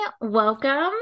Welcome